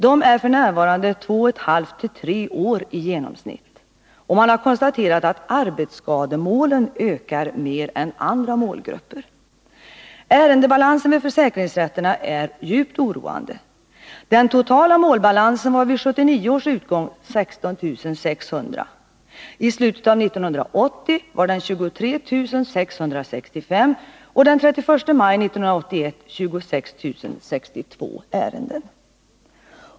De är f. n. två och ett halvt till tre år i genomsnitt, och man har konstaterat att arbetsskademålen ökar mer än andra grupper av mål. Ärendebalansen vid försäkringsrätterna är djupt oroande. Den totala målbalansen var vid 1979 års utgång 16 600. I slutet av 1980 var den 23 665 och den 31 maj 1981 26 062 ärenden.